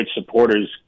supporters